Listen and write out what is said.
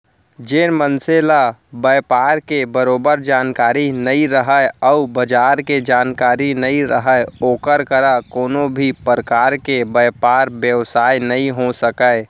जेन मनसे ल बयपार के बरोबर जानकारी नइ रहय अउ बजार के जानकारी नइ रहय ओकर करा कोनों भी परकार के बयपार बेवसाय नइ हो सकय